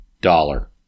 dollar